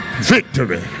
Victory